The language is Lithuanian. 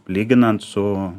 lyginant su